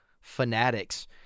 Fanatics